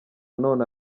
none